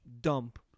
dump